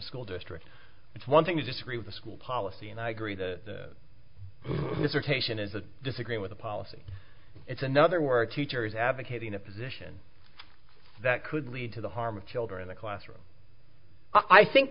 school district it's one thing to disagree with the school policy and i agree the dissertation and to disagree with the policy it's another word teachers advocating a position that could lead to the harm of children in the classroom i think